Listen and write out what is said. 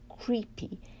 creepy